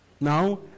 Now